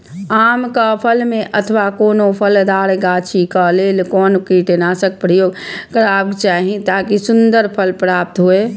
आम क फल में अथवा कोनो फलदार गाछि क लेल कोन कीटनाशक प्रयोग करबाक चाही ताकि सुन्दर फल प्राप्त हुऐ?